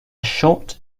short